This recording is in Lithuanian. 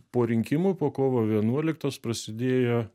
po rinkimų po kovo vienuoliktos prasidėjo